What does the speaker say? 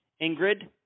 Ingrid